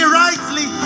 rightly